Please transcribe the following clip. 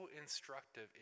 instructive